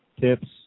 tips